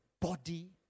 body